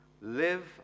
Live